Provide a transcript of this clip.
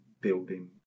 building